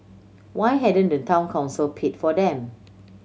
why hadn't the Town Council paid for them